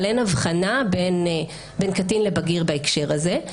אבל אין הבחנה בין קטין לבגיר בהקשר הזה.